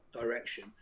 direction